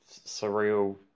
surreal